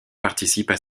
participent